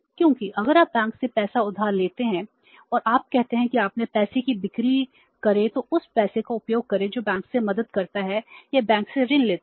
क्योंकि अगर आप बैंक से पैसा उधार लेते हैं और आप कहते हैं कि अपने पैसे की बिक्री करें तो उस पैसे का उपयोग करें जो बैंक से मदद करता है या बैंक से ऋण लेता है